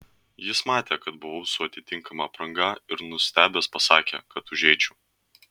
jis matė kad buvau su atitinkama apranga ir nustebęs pasakė kad užeičiau